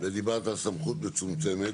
ודיברת על סמכות מצומצמת.